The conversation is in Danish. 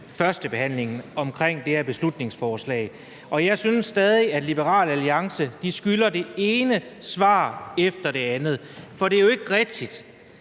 førstebehandlingen af det her beslutningsforslag. Og jeg synes stadig, at Liberal Alliance skylder det ene svar efter det andet. For det er jo ikke rigtigt,